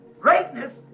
Greatness